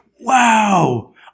wow